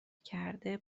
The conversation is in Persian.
کرده